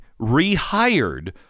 rehired